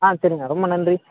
ஆ சரிங்க ரொம்ப நன்றி